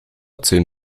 zehn